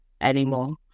anymore